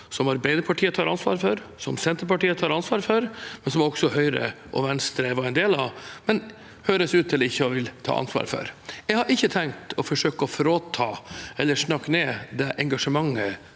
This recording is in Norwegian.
som Arbeiderpartiet tar ansvar for, som Senterpartiet tar ansvar for – og som også Høyre og Venstre var en del av, men høres ut til ikke å ville ta ansvar for. Jeg har ikke tenkt å forsøke å frata dem eller snakke ned det engasjementet